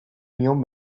nion